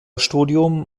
studium